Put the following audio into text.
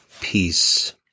peace